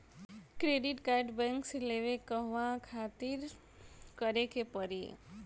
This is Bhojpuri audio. क्रेडिट कार्ड बैंक से लेवे कहवा खातिर का करे के पड़ी?